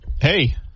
Hey